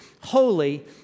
holy